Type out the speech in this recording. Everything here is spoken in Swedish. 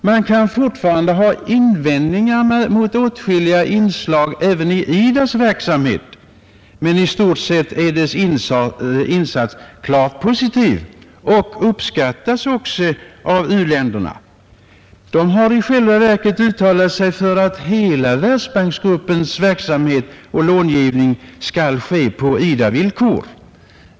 Man kan fortfarande ha invändningar mot åtskilliga inslag även i IDA:s verksamhet, men i stort sett är dess insats klart positiv och uppskattas också av u-länderna. De har i själva verket uttalat sig för att hela Världsbanksgruppens långivning skall ske på IDA-villkor.